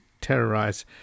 terrorize